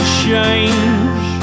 change